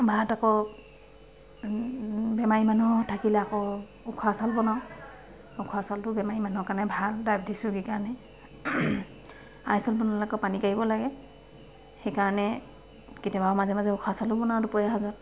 ভাত আকৌ বেমাৰী মানুহ থাকিলে আকৌ উখোৱা চাউল বনাওঁ উখোৱা চাউলটো বেমাৰী মানুহৰ কাৰণে ভাল ডায়বেটিছ ৰোগীৰ কাৰণে আঢ়ৈ চাউল বনালে আকৌ পানী কাঢ়িব লাগে সেইকাৰণে কেতিয়াবা মাজে মাজে উখোৱা চাউলো বনাওঁ দুপৰীয়া সাজত